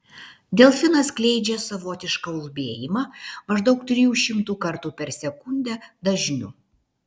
delfinas skleidžia savotišką ulbėjimą maždaug trijų šimtų kartų per sekundę dažniu